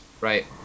right